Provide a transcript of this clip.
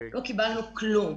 לא קיבלנו כלום.